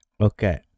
Okay